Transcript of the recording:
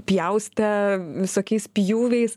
pjaustė visokiais pjūviais